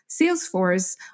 Salesforce